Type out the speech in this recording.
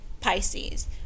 Pisces